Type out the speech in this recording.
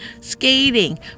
skating